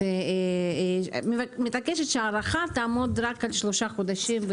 אני מתעקשת שהארכה תעמוד רק על שלושה חודשים,